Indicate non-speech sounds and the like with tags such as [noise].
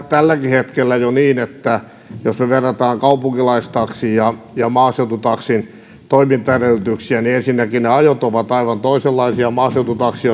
tälläkin hetkellä niin että jos me vertaamme kaupunkilaistaksin ja ja maaseututaksin toimintaedellytyksiä niin ensinnäkin ne ajot ovat aivan toisenlaisia maaseututaksi [unintelligible]